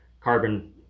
carbon